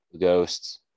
ghosts